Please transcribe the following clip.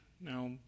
Now